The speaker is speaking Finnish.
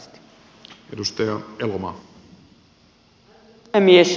arvoisa puhemies